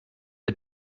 are